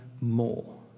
more